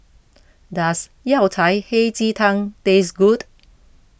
does Yao Cai Hei Ji Tang taste good